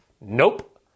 Nope